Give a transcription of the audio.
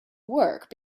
work